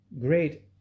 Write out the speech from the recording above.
Great